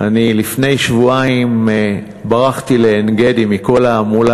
אני לפני שבועיים ברחתי לעין-גדי מכל ההמולה,